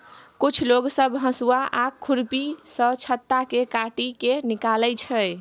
कुछ लोग सब हसुआ आ खुरपी सँ छत्ता केँ काटि केँ निकालै छै